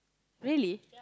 really